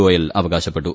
ഗോയൽ അവകാശപ്പെട്ടു